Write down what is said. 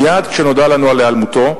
מייד כשנודע לנו על היעלמותו,